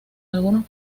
algunos